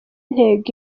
intego